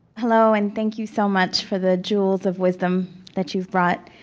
hello, and thank you so much for the jewels of wisdom that you've brought.